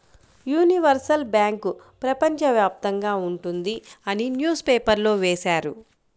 universal bank ప్రపంచ వ్యాప్తంగా ఉంటుంది అని న్యూస్ పేపర్లో వేశారు